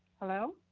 hello?